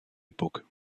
époque